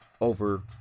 over